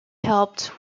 helped